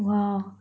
!wow!